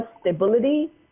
stability